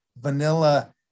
vanilla